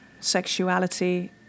sexuality